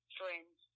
friends